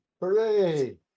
Hooray